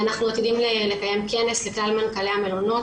אנחנו עתידים לקיים כנס לכלל מנכ"לי המלונות